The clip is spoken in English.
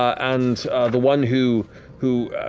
and the one who who